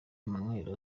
emmanuel